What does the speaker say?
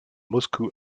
moscou